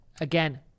Again